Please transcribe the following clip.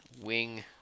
wing